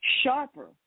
sharper